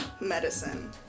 medicine